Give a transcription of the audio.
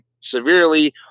severely